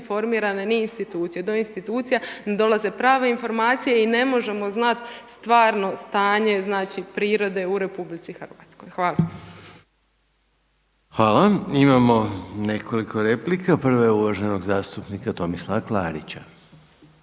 informirane ni institucije, do institucija ne dolaze prave informacije i ne možemo znati stvarno stanje prirode u RH. Hvala. **Reiner, Željko (HDZ)** Hvala. Imamo nekoliko replika. Prva je uvaženog zastupnika Tomislava Klarića.